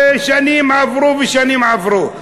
ושנים עברו ושנים עברו.